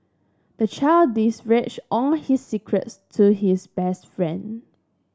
the child all his secrets to his best friend